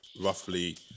roughly